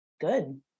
good